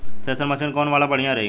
Thresher machine कौन वाला बढ़िया रही?